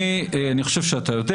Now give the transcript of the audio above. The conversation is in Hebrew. אני חושב שאתה יודע